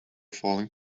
falling